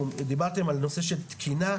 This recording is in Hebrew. דיברתם על נושא של תקינה,